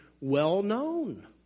well-known